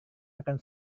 akan